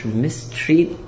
mistreat